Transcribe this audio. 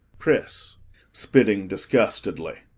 chris spitting disgustedly.